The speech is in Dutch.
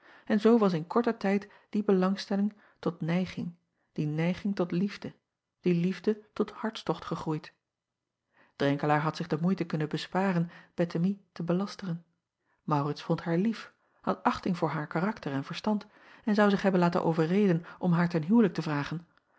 en zoo was in korten tijd die belangstelling tot neiging die neiging tot liefde die liefde tot hartstocht gegroeid renkelaer had zich de moeite kunnen besparen ettemie te belasteren aurits vond haar lief had achting voor haar karakter en verstand en zou zich hebben laten overreden om haar ten huwelijk te vragen